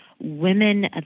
Women